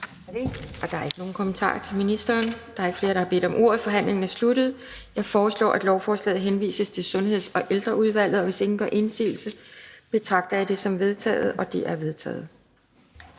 Der er ikke nogen kommentarer til ministeren. Der er ikke flere, der har bedt om ordet, så forhandlingen er sluttet. Jeg foreslår, at lovforslaget henvises til Sundheds- og Ældreudvalget, og hvis ingen gør indsigelse, betragter jeg det som vedtaget. Det er vedtaget.